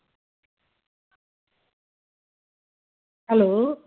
hello